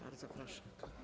Bardzo proszę.